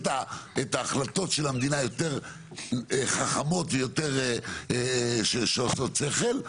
את ההחלטות של המדינה יותר חכמות ויותר שעושות שכל,